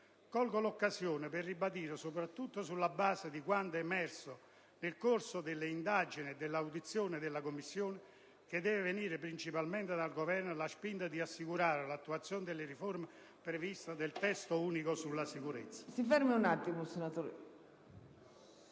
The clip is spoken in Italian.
colgo l'occasione per ribadire, soprattutto sulla base di quanto è emerso nel corso dell'indagine e delle audizioni della Commissione, che deve venire principalmente dal Governo la spinta ad assicurare l'attuazione della riforma prevista dal Testo unico sulla sicurezza.